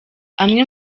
amwe